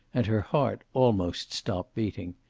and her heart almost stopped beating.